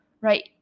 right